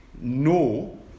no